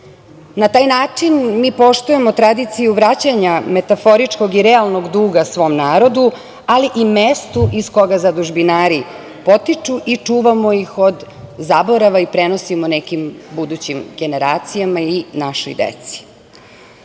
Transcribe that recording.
Na taj način mi poštujemo tradiciju vraćanja metaforičkog i realnog duga svom narodu, ali i mestu iz koga zadužbinari potiču i čuvamo ih od zaborava i prenosimo nekim budućim generacijama i našoj